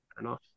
enough